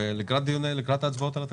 לקראת ההצבעות על התקציב.